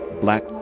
black